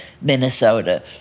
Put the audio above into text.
Minnesota